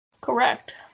Correct